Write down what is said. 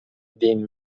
دین